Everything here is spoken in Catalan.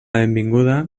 benvinguda